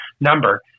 number